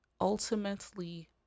ultimately